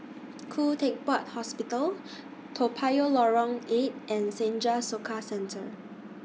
Khoo Teck Puat Hospital Toa Payoh Lorong eight and Senja Soka Centre